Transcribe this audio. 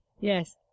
Yes